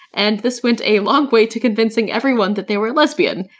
and this went a long way to convincing everyone that they were lesbian.